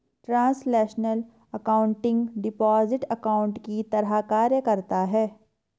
translational accounting deposit account की तरह कार्य करता है